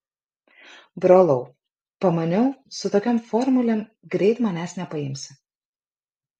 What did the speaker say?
brolau pamaniau su tokiom formulėm greit manęs nepaimsi